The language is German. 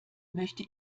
möchte